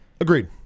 Agreed